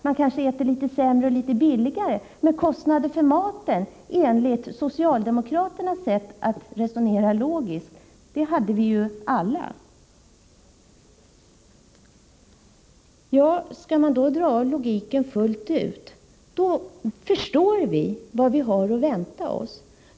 De kanske äter litet sämre och litet billigare, men kostnader för maten har vi ju alla enligt socialdemokraternas sätt att resonera logiskt. Skall man dra logiken fullt ut, förstår vi vad vi har att vänta oss.